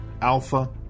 Alpha